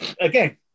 again